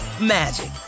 magic